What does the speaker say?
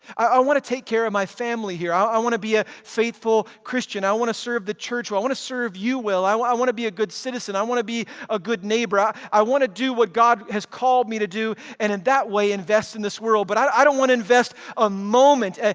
i i i want to take care of my family here. i i want to be a faithful christian. i want to serve the church well. i want to serve you well. i i want to be a good citizen. i want to be a good neighbor. i i want to do what god has called me to do, and in that way invest in this world, but i don't want to invest a moment,